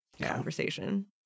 conversation